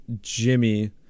Jimmy